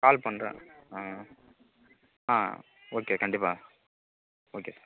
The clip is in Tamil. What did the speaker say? கால் பண்ணுறேன் ஆ ஆ ஆ ஓகே கண்டிப்பாக ஓகே சார்